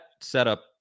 setup